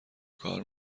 کار